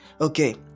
Okay